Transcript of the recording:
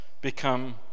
become